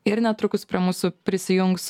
ir netrukus prie mūsų prisijungs